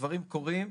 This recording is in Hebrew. והדברים קורים,